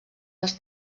les